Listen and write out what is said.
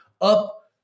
up